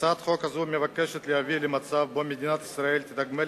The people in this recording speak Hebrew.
הצעת החוק הזאת מבקשת להביא למצב שבו מדינת ישראל תתגמל